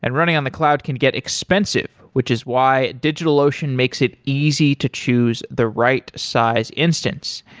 and running on the cloud can get expensive, which is why digitalocean makes it easy to choose the right size instance.